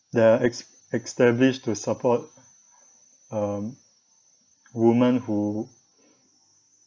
that are es~ established to support um women who